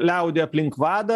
liaudį aplink vadą